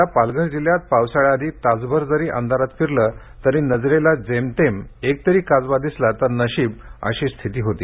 यदा पालघर जिल्ह्यात पावसाळ्याआधी तासभर जरी अंधारात फिरलं तरी नजरेला जेमतेम एक तरी काजवा दिसला तर नशीब अशी स्थिती होती